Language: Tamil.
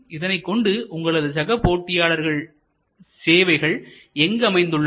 இதனைக் கொண்டு உங்களது சக போட்டியாளர்கள் சேவைகள் எங்கு அமைந்துள்ளன